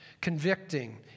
convicting